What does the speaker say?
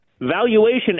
Valuation